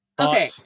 Okay